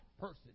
person